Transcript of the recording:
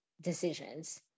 decisions